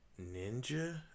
ninja